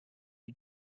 you